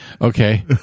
Okay